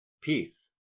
peace